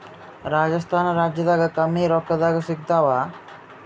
ರಾಜಸ್ಥಾನ ರಾಜ್ಯದಾಗ ಕಮ್ಮಿ ರೊಕ್ಕದಾಗ ಸಿಗತ್ತಾವಾ?